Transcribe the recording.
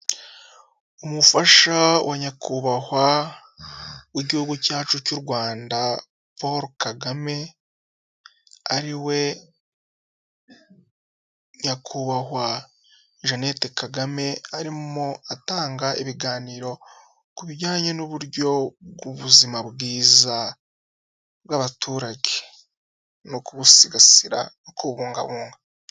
Umufasha wa nyakubahwa w'igihugu cyacu cy'u Rwanda Paul Kagame ari we nyakubahwa Jeannette Kagame arimo atanga ibiganiro ku bijyanye n'uburyo bw'ubuzima bwiza bw'abaturage no kubusigasira no kububungabunga.